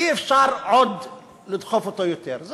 אי-אפשר לדחוף אותו עוד יותר.